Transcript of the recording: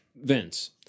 Vince